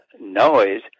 noise